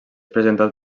presentat